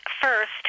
first